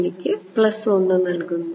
എനിക്ക് നൽകുന്നു